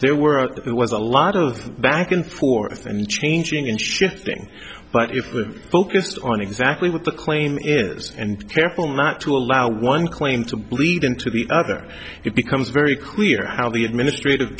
there were there was a lot of back and forth and changing and shifting but if we're focused on exactly what the claim is and careful not to allow one claim to bleed into the other it becomes very clear how the administrative